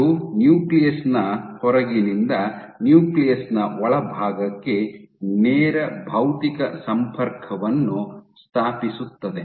ಇದು ನ್ಯೂಕ್ಲಿಯಸ್ ನ ಹೊರಗಿನಿಂದ ನ್ಯೂಕ್ಲಿಯಸ್ ನ ಒಳಭಾಗಕ್ಕೆ ನೇರ ಭೌತಿಕ ಸಂಪರ್ಕವನ್ನು ಸ್ಥಾಪಿಸುತ್ತದೆ